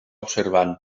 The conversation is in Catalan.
observant